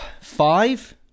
Five